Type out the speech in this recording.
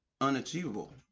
unachievable